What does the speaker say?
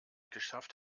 geschafft